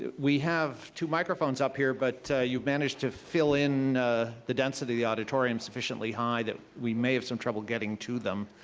but we have two microphones up here, but you've managed to fill in the density of the auditorium sufficiently high that we may have some trouble getting to them.